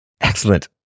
Excellent